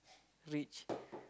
rich